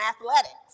athletics